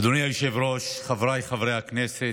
אדוני היושב-ראש, חבריי חברי הכנסת.